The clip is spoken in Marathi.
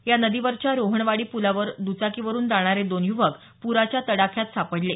या नदीवरच्या रोहणवाडी पुलावर दुचाकीवरून जाणारे दोन युवक पुराच्या तडाख्यात सापडले